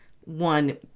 one